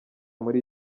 muri